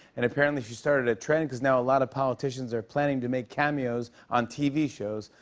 and apparently she started a trend, cause now a lot of politicians are planning to make cameos on tv shows.